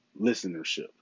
listenership